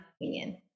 opinion